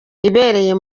ibereye